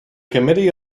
committee